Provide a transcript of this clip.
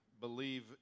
believe